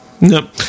No